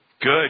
good